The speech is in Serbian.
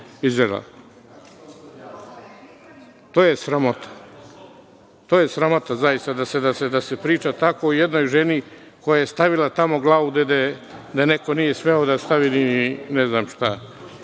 To je sramota. Sramota je zaista da se priča tako o jednoj ženi koja je stavila tamo glavu, gde neko nije smeo da stavi ni ne znam